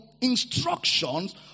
instructions